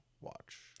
watch